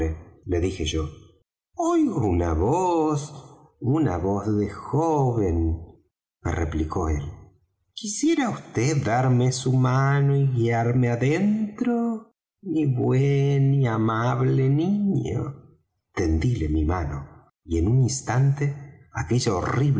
le dije yo oigo una voz una voz de joven me replicó él quisiera vd darme su mano y guiarme adentro mi bueno y amable niño tendíle mi mano y en un instante aquella